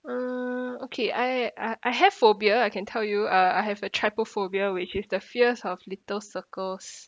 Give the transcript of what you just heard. uh okay I uh I have phobia I can tell you uh I have a trypophobia which is the fears of little circles